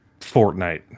Fortnite